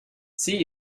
see